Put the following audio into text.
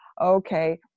Okay